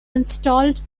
installed